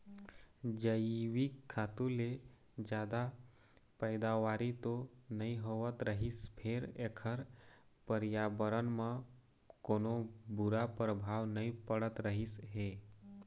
जइविक खातू ले जादा पइदावारी तो नइ होवत रहिस फेर एखर परयाबरन म कोनो बूरा परभाव नइ पड़त रहिस हे